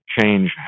change